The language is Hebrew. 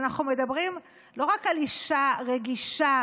אנחנו מדברים לא רק על אישה רגישה